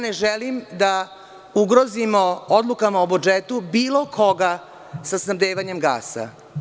Ne želim da ugrozimo odlukama o budžetu bilo koga sa snabdevanjem gasa.